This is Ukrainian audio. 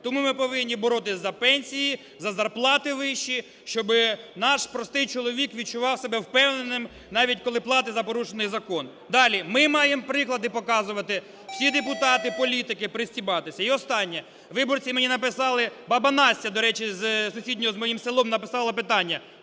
Тому ми повинні боротися за пенсії, за зарплати вищі, щоби наш простий чоловік відчував себе впевненим, навіть коли платить за порушений закон. Далі, ми маємо приклади показувати, всі депутати, політики пристібатися. І останнє, виборці мені написали, баба Настя, до речі, з сусіднього з моїм селом написала питання: